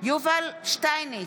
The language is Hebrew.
יובל שטייניץ,